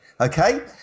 okay